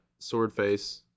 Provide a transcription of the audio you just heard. Swordface